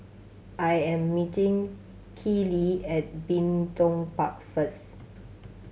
I am meeting Keeley at Bin Tong Park first